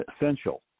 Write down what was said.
essential